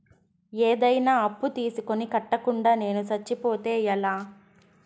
ఏదైనా అప్పు తీసుకొని కట్టకుండా నేను సచ్చిపోతే ఎలా